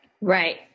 Right